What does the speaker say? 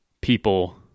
people